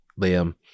Liam